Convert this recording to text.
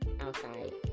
outside